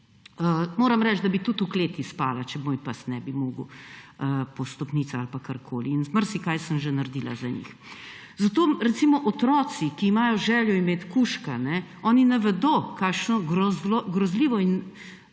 Moram reči, da bi tudi v kleti spala, če moj pes ne bi mogel po stopnicah ali pa karkoli. Marsikaj sem že naredila za njih. Recimo otroci, ki imajo željo imeti kužka, ne vedo, kakšno grozljivo